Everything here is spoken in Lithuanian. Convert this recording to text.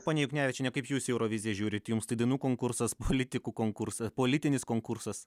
ponia juknevičiene kaip jūs į euroviziją žiūrit jums tai dainų konkursas politikų konkursas politinis konkursas